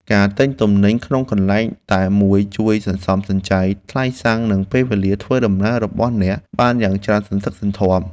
ការទិញទំនិញក្នុងកន្លែងតែមួយជួយសន្សំសំចៃថ្លៃសាំងនិងពេលវេលាធ្វើដំណើររបស់អ្នកបានយ៉ាងច្រើនសន្ធឹកសន្ធាប់។